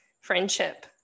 friendship